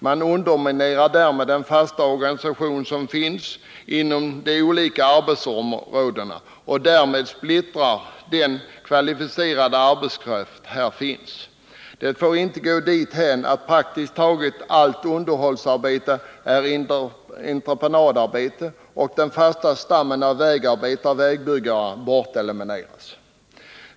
Man underminerar därmed den fasta organisation som finns inom de olika arbetsområdena och splittrar den kvalificerade arbetskraften. Det får inte gå dithän att praktiskt taget allt underhållsarbete är entreprenadarbete och att den fasta stammen av vägarbetare och vägbyggare elimineras.